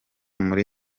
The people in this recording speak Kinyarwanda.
muri